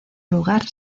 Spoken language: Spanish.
lugar